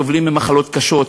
סובלים ממחלות קשות,